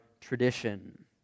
tradition